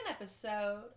episode